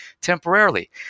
temporarily